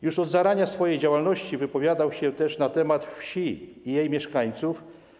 Już od zarania swojej działalności wypowiadał się też na temat wsi i jej mieszkańców.